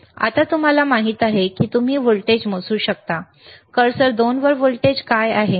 आता तुम्हाला माहित आहे की तुम्ही व्होल्टेज मोजू शकता कर्सर 2 वर व्होल्टेज काय आहे